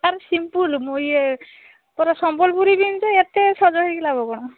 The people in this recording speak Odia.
ତା'ର ସିମ୍ପୁଲ୍ ମୁଁ ଇଏ ତା'ର ସମ୍ବଲପୁରୀ ପିନ୍ଧିବେ ଏତେ ସଜ ହେଇକି ଲାଭ କଣ